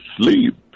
sleep